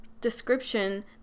description